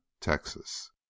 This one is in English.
Texas